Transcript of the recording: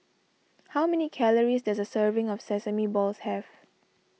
how many calories does a serving of Sesame Balls have